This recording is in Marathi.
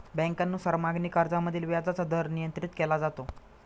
बँकांनुसार मागणी कर्जामधील व्याजाचा दर नियंत्रित केला जातो